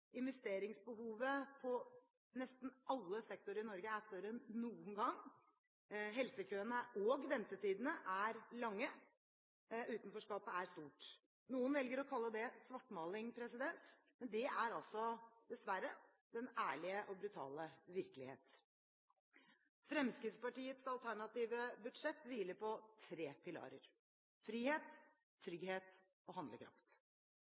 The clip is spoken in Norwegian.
investeringsbehovet på nesten alle sektorer i Norge er større enn noen gang, helsekøene og ventetidene er lange, utenforskapet er stort. Noen velger å kalle det svartmaling, men det er altså dessverre den ærlige og brutale virkelighet. Fremskrittspartiets alternative budsjett hviler på tre pilarer: frihet, trygghet og handlekraft.